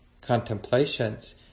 contemplations